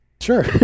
Sure